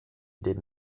did